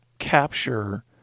capture